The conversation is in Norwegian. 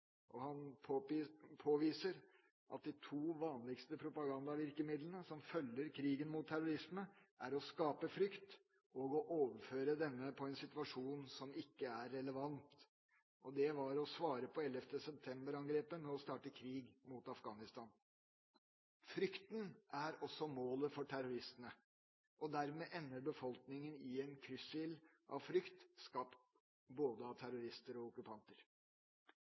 Han påviser at de to vanligste propagandavirkemidlene som følger krigen mot terrorisme, er å skape frykt og å overføre denne på en situasjon som ikke er relevant – og det var å svare på 11. september-angrepet med å starte krig mot Afghanistan. Frykten er også målet for terroristene. Dermed ender befolkningen i en kryssild av frykt, skapt av både terrorister og okkupanter.